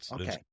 Okay